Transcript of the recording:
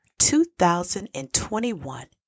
2021